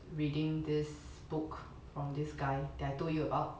reading this book from this guy that I told you about